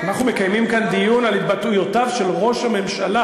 אנחנו מקיימים כאן דיון על התבטאויותיו של ראש הממשלה